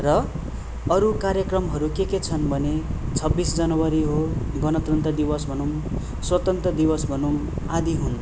र अरू कार्यक्रमहरू के के छन् भने छब्बिस जनवरी हो गणतन्त्र दिवस भनौँ स्वतन्त्र दिवस भनौँ आदि हुन्